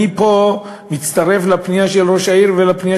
אני מצטרף פה לפנייה של ראש העיר ולפנייה